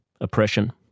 oppression